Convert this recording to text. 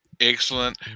Excellent